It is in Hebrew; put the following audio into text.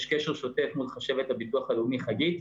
יש קשר שוטף מול חשבת הביטוח הלאומי, חגית,